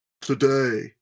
Today